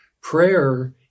Prayer